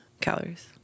calories